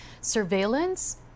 surveillance